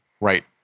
right